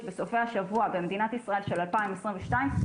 בסופי השבוע במדינת ישראל של 2022,